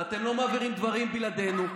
ואתם לא מעבירים דברים בלעדינו,